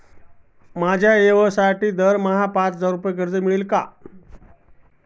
माझ्या व्यवसायासाठी दरमहा पाच हजार रुपये कर्ज मिळेल का?